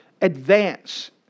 advance